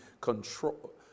control